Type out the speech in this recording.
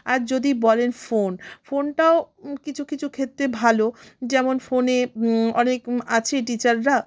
আর যদি বলেন ফোন ফোনটাও কিছু কিছু ক্ষেত্রে ভালো যেমন ফোনে অনেক আছে টিচাররা